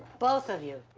both of you.